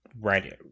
right